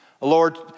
Lord